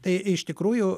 tai iš tikrųjų